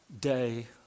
day